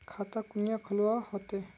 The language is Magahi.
खाता कुनियाँ खोलवा होते?